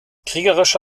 kriegerische